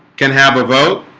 can have a vote